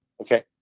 Okay